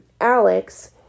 Alex